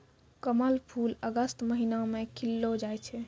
कमल फूल अगस्त महीना मे खिललो जाय छै